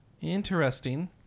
interesting